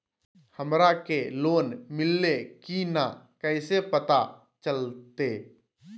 हमरा के लोन मिल्ले की न कैसे पता चलते?